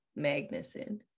Magnuson